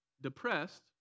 depressed